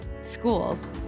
schools